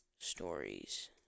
Stories